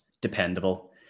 dependable